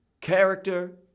character